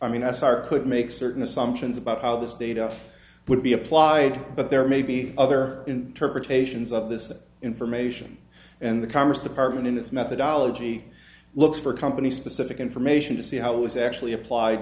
are could make certain assumptions about how this data would be applied but there may be other interpretations of this information and the commerce department in its methodology looks for company specific information to see how it was actually applied